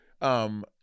Um-